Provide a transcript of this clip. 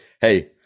Hey